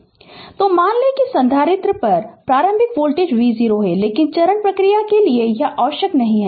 Refer Slide Time 0040 तो मान लें कि संधारित्र पर प्रारंभिक वोल्टेज v0 है लेकिन चरण प्रतिक्रिया के लिए यह आवश्यक नहीं है